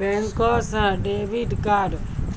बैंके से debit card